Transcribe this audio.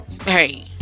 hey